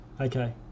Okay